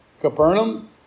Capernaum